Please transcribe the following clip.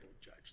Judge